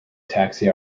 taxi